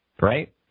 Right